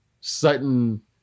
sudden